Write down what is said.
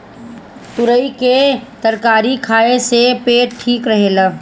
तुरई के तरकारी खाए से पेट ठीक रहेला